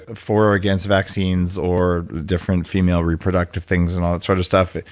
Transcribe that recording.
ah for or against vaccines or different female reproductive things and all that sort of stuff.